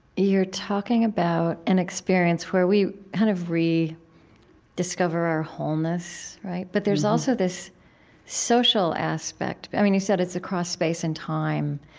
you're talking about an experience where we kind of rediscover our wholeness, right? but there's also this social aspect. but i mean, you said, it's across space and time,